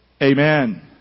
Amen